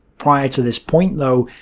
prior to this point though,